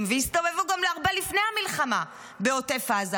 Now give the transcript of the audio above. והסתובבו גם הרבה לפני המלחמה בעוטף עזה,